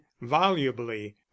volubly